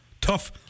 Tough